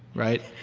right?